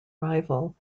rival